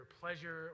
pleasure